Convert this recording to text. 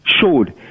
showed